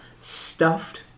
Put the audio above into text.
stuffed